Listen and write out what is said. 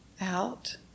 Out